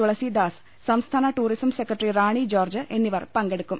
തുളസീദാസ് സംസ്ഥാന tourism secretary Rani George എന്നിവർ പങ്കെടുക്കും